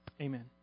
Amen